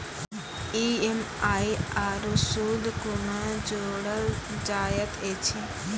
EMI आरू सूद कूना जोड़लऽ जायत ऐछि?